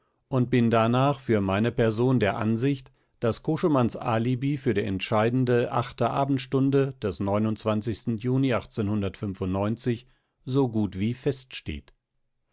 und bin danach für meine person der ansicht daß koschemanns alibi für die entscheidende achte abendstunde des juni so gut wie feststeht